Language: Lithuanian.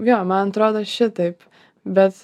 jo man atrodo šitaip bet